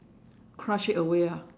crush it away ah